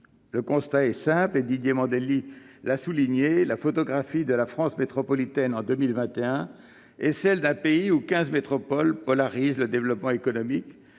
Le constat est simple, Didier Mandelli l'a souligné, la photographie de la France métropolitaine en 2021 est celle d'un pays où quinze métropoles polarisent le développement économique